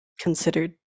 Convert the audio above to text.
considered